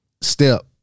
step